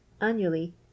Annually